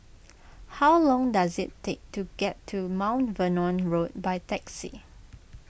how long does it take to get to Mount Vernon Road by taxi